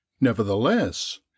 Nevertheless